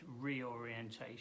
reorientation